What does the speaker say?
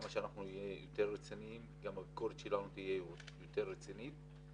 גם הביקורת שלנו תהיה יותר רצינית.